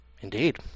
Indeed